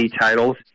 titles